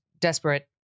desperate